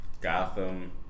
Gotham